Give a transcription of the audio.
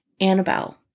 Annabelle